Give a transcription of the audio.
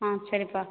ஆ சரிப்பா